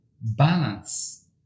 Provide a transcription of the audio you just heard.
balance